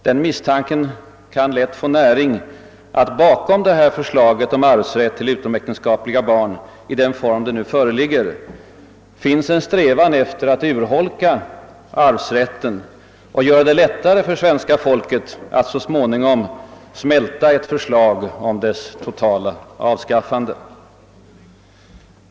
Den misstanken kan lätt få näring att det bakom förslaget om arvsrätt för utomäktenskapliga barn — i den form det nu föreligger — finns en strävan att urholka arvsrätten och att göra det lättare för svenska folket att så småningom smälta ett förslag om dess totala avskaffande.